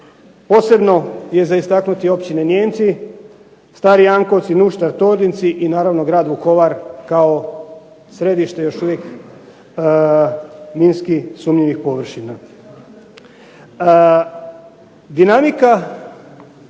Posebno je za istaknuti općine Nijemci, Stari Jankovci, Nuštar, Tordinci i naravno grad Vukovar kao središte još uvijek minski sumnjivih površina. Dinamika